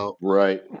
Right